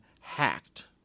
hacked